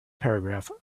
paragraph